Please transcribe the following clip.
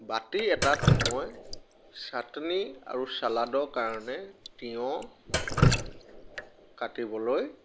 বাতি এটাত মই চাটনি আৰু ছালাডৰ কাৰণে তিয়ঁহ কাটিবলৈ